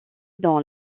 dans